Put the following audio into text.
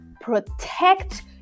protect